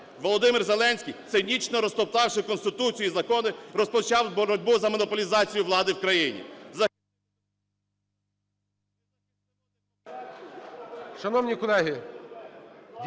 Володимир Зеленський, цинічно розтоптавши Конституцію і закони, розпочав боротьбу за монополізацію влади в країні,